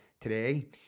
today